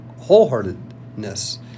wholeheartedness